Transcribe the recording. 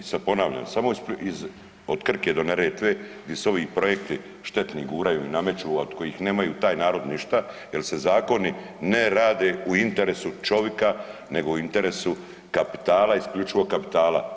Sad ponavljam, samo iz, od Krke do Neretve di se ovi projekti štetni guraju i nameću, a od kojih nemaju taj narod ništa jel se zakoni ne rade u interesu čovika nego u interesu kapitala, isključivo kapitala.